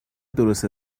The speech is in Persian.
درست